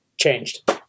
changed